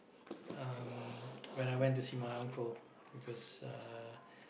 um when I went to see my uncle because uh